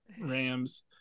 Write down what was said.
Rams